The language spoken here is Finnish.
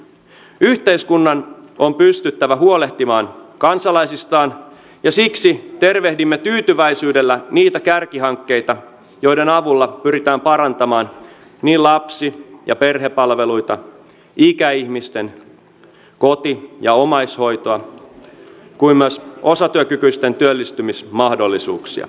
yhteiskunnan on pystyttävä huolehtimaan kansalaisistaan ja siksi tervehdimme tyytyväisyydellä niitä kärkihankkeita joiden avulla pyritään parantamaan niin lapsi ja perhepalveluita ikäihmisten koti ja omaishoitoa kuin myös osatyökykyisten työllistymismahdollisuuksia